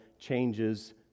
changes